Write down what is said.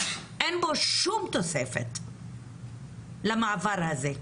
אין בו שום תוספת למעבר הזה,